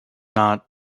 not